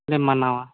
ᱞᱮ ᱢᱟᱱᱟᱣᱟ